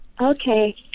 okay